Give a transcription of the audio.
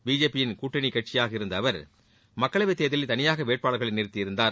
பிஜேபியின் கூட்டணி கட்சியாக இருந்த அவர் மக்களைவத் தேர்தலில் தனியாக வேட்பாளர்களை நிறுத்தியிருந்தார்